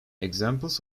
examples